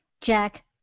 Jack